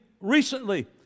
recently